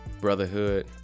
brotherhood